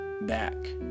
back